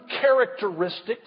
characteristics